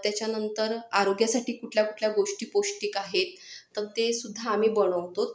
त्याच्यानंतर आरोग्यासाठी कुठल्या कुठल्या गोष्टी पौष्टिक आहेत तर ते सुद्धा आम्ही बनवतो